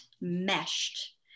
meshed